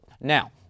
Now